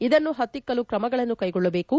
ಇದನ್ನು ಹತ್ತಿಕ್ಕಲು ಕ್ರಮಗಳನ್ನು ಕೈಗೊಳ್ಳಬೇಕು